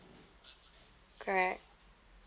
correct